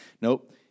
Nope